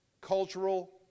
cultural